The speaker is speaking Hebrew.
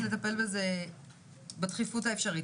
לטפל בזה בדחיפות האפשרית.